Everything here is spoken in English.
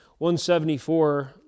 174